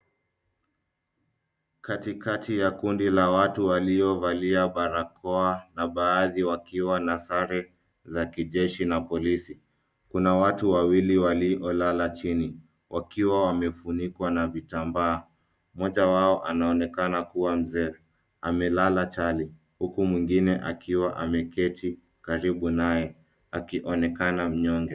Katikati ya kundi la watu waliovalia barakoa na baadhi wakiwa na sare za kijeshi na polisi. Kuna watu wawili waliolala chini, wakiwa wamefunikwa na vitambaa. Mmoja wao anaonekana kuwa mzee. Amelala chali, huku mwingine akiwa ameketi karibu naye, akionekana mnyonge.